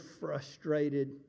frustrated